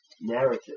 narrative